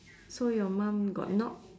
so your mum got knock